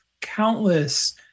countless